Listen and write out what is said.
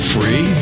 Free